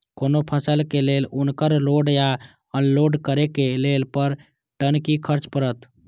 कोनो फसल के लेल उनकर लोड या अनलोड करे के लेल पर टन कि खर्च परत?